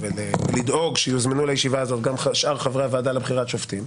ולדאוג שיוזמנו לישיבה הזאת גם שאר חברי הוועדה לבחירת שופטים,